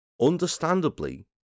Understandably